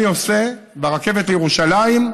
אני עושה, ברכבת לירושלים,